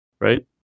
right